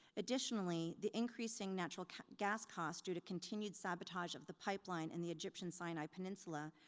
additionally, the increasing natural gas costs due to continued sabotage of the pipeline in the egyptian sinai peninsula,